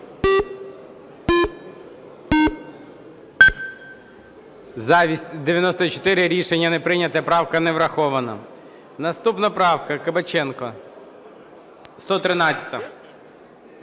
За-94 Рішення не прийнято. Правка не врахована. Наступна правка. Кабаченко, 113-а.